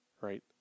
right